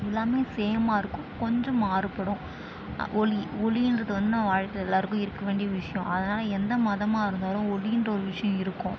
எல்லாமே சேமாயிருக்கும் கொஞ்சம் மாறுபடும் ஒளி ஒளிகிறது வந்து நம்ம வாழ்க்கையில் எல்லாேருக்கும் இருக்க வேண்டிய விஷயம் அதனால் எந்த மதமாக இருந்தாலும் ஒளிகிற ஒரு விஷயம் இருக்கும்